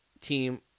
team